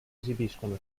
esibiscono